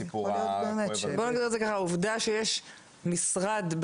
לפני איגוד מרכזי הסיוע אני רוצה לשמוע את זיוה מיכאל מיולי גרופ,